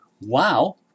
Wow